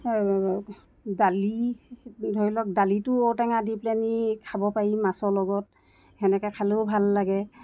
সেই দালি ধৰি লওক দালিটো ঔটেঙা দি পেলানি খাব পাই মাছৰ লগত সেনেকৈ খালেও ভাল লাগে